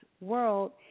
world